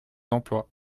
d’emploi